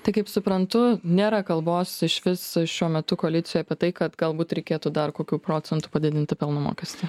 tai kaip suprantu nėra kalbos išvis šiuo metu koalicijoj apie tai kad galbūt reikėtų dar kokiu procentu padidinti pelno mokestį